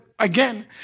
again